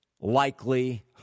likely